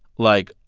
like,